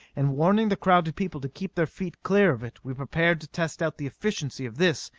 and warning the crowded people to keep their feet clear of it, we prepared to test out the efficiency of this,